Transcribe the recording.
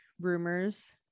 rumors